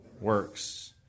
Works